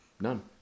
None